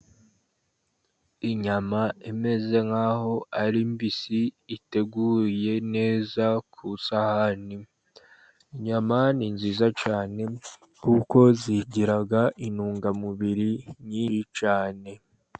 Inyama imeze nk'aho ari mbisi, iteguye neza ku isahani, inyama ni nziza cyane, kuko zigira intungamubiri nyinshi cyane.